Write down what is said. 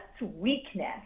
weakness